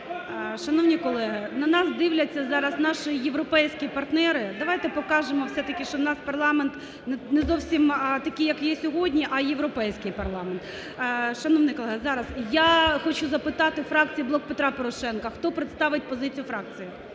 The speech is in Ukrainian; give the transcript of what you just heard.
Шановні колеги! На нас дивляться зараз наші європейські партнери, давайте покажемо, все-таки, що у нас парламент не зовсім такий як є сьогодні, а європейський парламент. Шановний колега, зараз… я хочу запитати фракцію "Блок Петра Порошенка" хто представить позицію фракції?